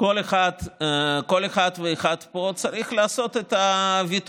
כל אחד ואחד פה צריך לעשות את הוויתורים,